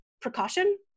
precaution